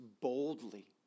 boldly